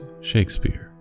Shakespeare